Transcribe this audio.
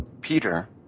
Peter